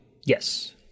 Yes